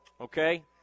okay